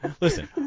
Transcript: listen